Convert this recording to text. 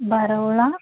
बारवळा